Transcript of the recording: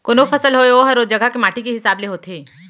कोनों फसल होय ओहर ओ जघा के माटी के हिसाब ले होथे